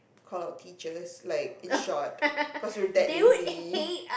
call our teachers like in short cause we're that lazy